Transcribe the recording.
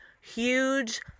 huge